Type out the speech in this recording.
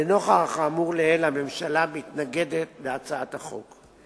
לנוכח האמור לעיל, הממשלה מתנגדת להצעת החוק.